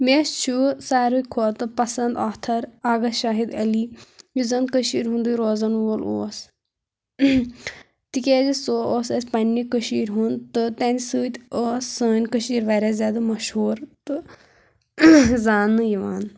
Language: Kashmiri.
مےٚ چھُ سارِوٕے کھۄتہٕ پسنٛد آتھر آغا شاہِد علی یُس زَن کٔشیٖر ہُنٛدٕے روزَن وول اوس تِکیٛازِ سُہ اوس اَسہِ پَنٛنہِ کٔشیٖرِ ہُنٛد تہِ تٔہنٛدِ سۭتۍ ٲسۍ سٲنۍ کٔشیٖر واریاہ زیادٕ مہشوٗر تہٕ زانٛنہٕ یِوان